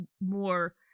more